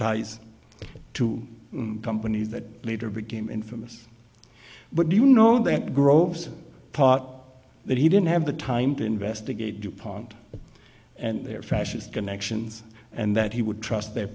ties to companies that later became infamous but do you know that groves thought that he didn't have the time to investigate dupont and their fascist connections and that he would trust their